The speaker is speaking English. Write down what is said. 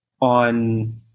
on